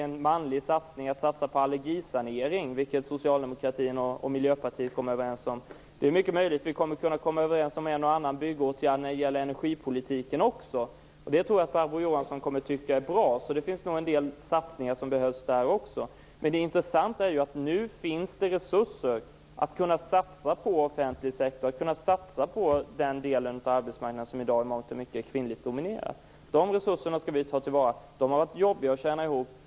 En satsning på allergisanering, vilket socialdemokratin och Miljöpartiet kom överens om, kan ju sägas vara en satsning på män. Det är mycket möjligt att vi kan komma överens om en och annan byggåtgärd också när det gäller energipolitiken. Det tror jag att Barbro Johansson kommer tycka är bra. Det behövs nog en del satsningar där också. Det intressanta är att det nu finns resurser att satsa på offentlig sektor - på den del av arbetsmarknaden som i dag i mångt och mycket domineras av kvinnor. De resurserna skall vi ta till vara. De har varit jobbiga att tjäna ihop.